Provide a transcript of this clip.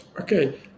Okay